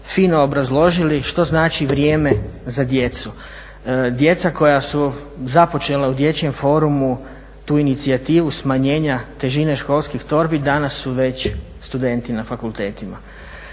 fino obrazložili što znači vrijeme za djecu. Djeca koja su započela u Dječjem forumu tu inicijativu smanjenja težine školskih torbi danas su već studenti na fakultetima